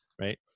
Right